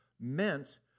meant